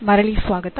ಮರಳಿ ಸ್ವಾಗತ